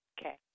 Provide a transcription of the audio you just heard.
Okay